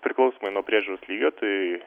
priklausomai nuo priežiūros lygio tai